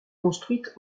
construite